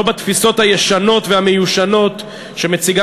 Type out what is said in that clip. לא בתפיסות הישנות והמיושנות שמציגה